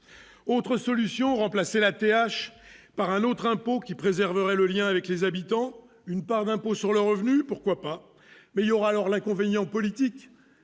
autre solution : remplacer la TH par un autre impôt qui préserverait le lien avec les habitants, d'une part d'impôt sur le revenu, pourquoi pas, mais il y aura alors l'inconvénient politique